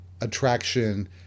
attraction